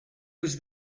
was